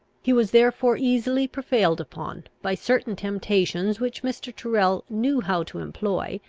he was therefore easily prevailed upon, by certain temptations which mr. tyrrel knew how to employ,